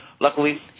Luckily